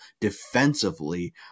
defensively